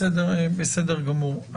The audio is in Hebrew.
בסדר גמור.